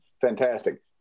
fantastic